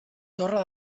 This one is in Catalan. torre